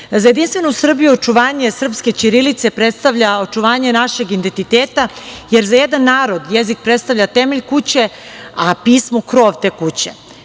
Jedinstvenu Srbiju očuvanje srpske ćirilice predstavlja očuvanje našeg identiteta, jer za jedan narod jezik predstavlja temelj kuće, a pismo krov te